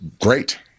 great